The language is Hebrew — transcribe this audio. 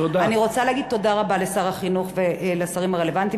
אני רוצה להגיד תודה רבה לשר החינוך ולשרים הרלוונטיים,